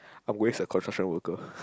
I'm going as a construction worker